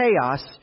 chaos